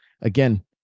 again